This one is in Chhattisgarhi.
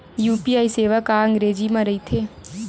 यू.पी.आई सेवा का अंग्रेजी मा रहीथे?